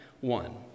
one